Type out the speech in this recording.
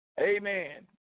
Amen